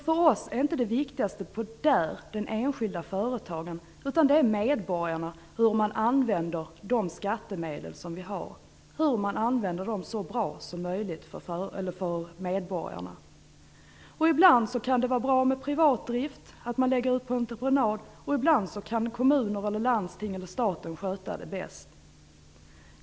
För oss är det inte de enskilda företagen som är viktigast, utan det är medborgarna. Det handlar om hur man använder de skattemedel vi får in på ett så bra sätt som möjligt för medborgarna. Ibland kan det vara bra med privatdrift, att man lägger ut på entreprenad, ibland kan kommuner, landsting eller stat sköta det bäst.